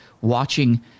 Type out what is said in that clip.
watching